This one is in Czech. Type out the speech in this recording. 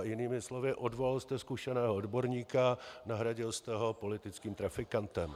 Jinými slovy, odvolal jste zkušeného odborníka, nahradil jste ho politickým trafikantem.